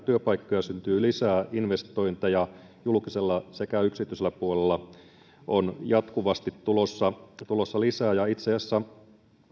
työpaikkoja syntyy lisää investointeja julkisella sekä yksityisellä puolella on jatkuvasti tulossa lisää ja itse asiassa